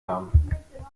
haben